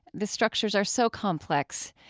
the structures are so complex,